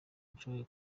nshobora